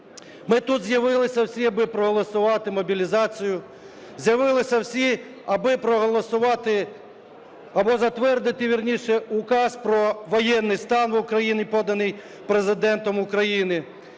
ми тут з'явилися всі, аби проголосувати мобілізацію, з'явилися всі, аби проголосувати або затвердити, вірніше, Указ про воєнний стан в Україні, поданий Президентом України.